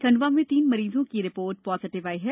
खंडवा में तीन मरीजों की रिपोर्ट पॉजिटिव आई है